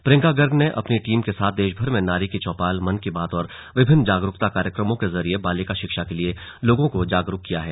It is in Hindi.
प्रियंका गर्ग ने अपनी टीम के साथ प्रदेशभर में नारी की चौपाल मन की बात और विभिन्न जागरूकता कार्यक्रमों के जरिए बालिका शिक्षा के लिए लोगों को जागरूक किया है